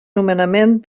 nomenament